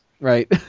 Right